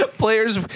players